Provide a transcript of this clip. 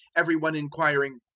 every one inquiring,